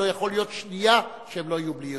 לא יכול להיות שהן יהיו שנייה בלי יושב-ראש,